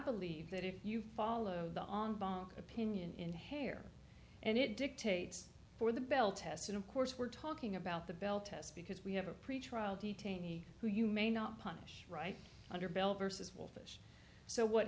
believe that if you follow the opinion in hair and it dictates for the bell test and of course we're talking about the bell test because we have a pretrial detainee who you may not punish right under bill versus